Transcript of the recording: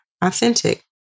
authentic